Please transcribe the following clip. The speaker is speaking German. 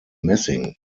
messing